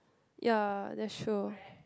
ya that's true